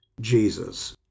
Jesus